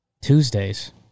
Tuesdays